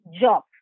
job